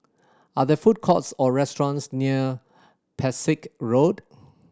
are there food courts or restaurants near Pesek Road